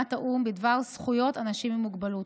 באמנת האו"ם בדבר זכויות אנשים עם מוגבלות.